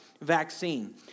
vaccine